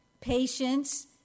patience